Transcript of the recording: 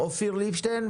אופיר ליבשטיין,